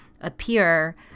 appear